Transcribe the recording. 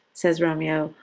says romeo,